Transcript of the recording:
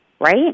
right